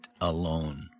alone